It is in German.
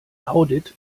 audit